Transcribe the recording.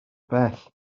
bell